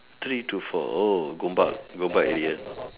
three to four oh Gombak Gombak area